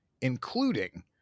Including